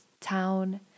town